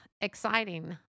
exciting